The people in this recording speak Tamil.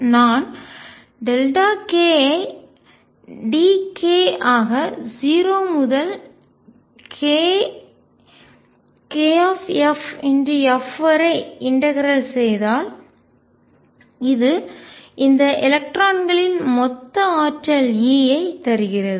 நான் k ஐ dk ஆக 0 முதல் kff வரை இன்டகரல் செய்தால் ஒருங்கிணைத்தால் இது இந்த எலக்ட்ரான்களின் மொத்த ஆற்றல் E ஐ தருகிறது